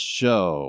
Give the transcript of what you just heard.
show